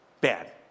Bad